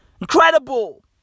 incredible